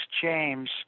James